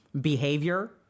behavior